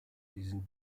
diesen